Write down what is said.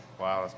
Wow